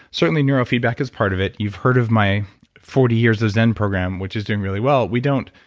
certainly neurofeedback is part of it. you've heard of my forty years of zen program, which is doing really well. we don't